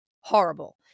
horrible